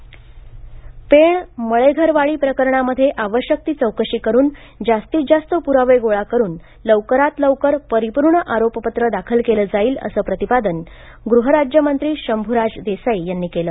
मळेघरवाडी घटना पेण मळेघरवाडी प्रकरणामध्ये आवश्यक ती चौकशी करून जास्तीत जास्त पुरावे गोळा करून लवकरात लवकर परिपूर्ण आरोपपत्र दाखल केलं जाईल असं प्रतिपादन गृह राज्यमंत्री शंभूराज देसाई यांनी केलं